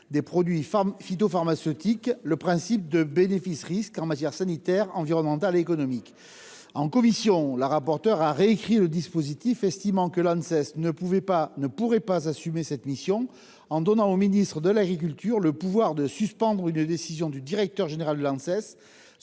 des produits phytopharmaceutiques, une balance détaillée des bénéfices et des risques sanitaires, environnementaux et économiques. En commission, la rapporteure a proposé de réécrire le dispositif, estimant que l'Anses ne pourrait pas assumer cette mission, et donné au ministre de l'agriculture le pouvoir de suspendre une décision du directeur général de l'Anses